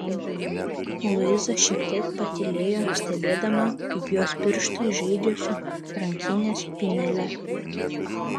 luiza šiek tiek patylėjo stebėdama kaip jos pirštai žaidžia su rankinės spynele